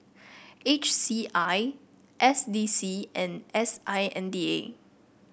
H C I S D C and S I N D A